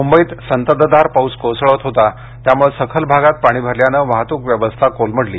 मुंबईत संततधार पाऊस कोसळत होता त्यामुळे सखल भागात पाणी भरल्यानं वाहतूक व्यवस्था कोलमडली